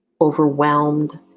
overwhelmed